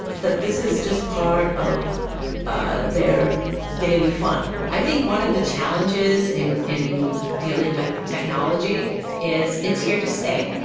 that this is just part of their daily fun. i think one of the challenges in in dealing with technology is it's here to stay.